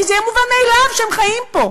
כי זה יהיה מובן מאליו שהם חיים פה,